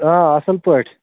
آ اَصٕل پٲٹھۍ